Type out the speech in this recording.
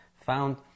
found